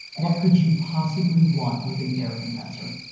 what could you possibly want with an air compressor?